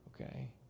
okay